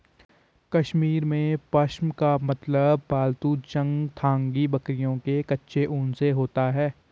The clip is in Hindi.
कश्मीर में, पश्म का मतलब पालतू चंगथांगी बकरियों के कच्चे ऊन से होता है